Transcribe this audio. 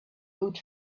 good